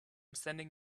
sending